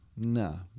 No